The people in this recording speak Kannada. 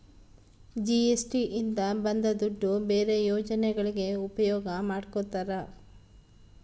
ಜಿ.ಎಸ್.ಟಿ ಇಂದ ಬಂದ್ ದುಡ್ಡು ಬೇರೆ ಯೋಜನೆಗಳಿಗೆ ಉಪಯೋಗ ಮಾಡ್ಕೋತರ